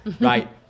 Right